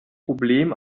problem